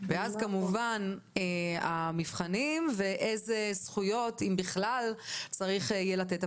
ואז כמובן המבחנים ואיזה זכויות אם בכלל צריך יהיה לתת.